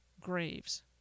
graves